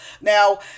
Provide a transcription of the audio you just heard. now